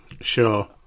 Sure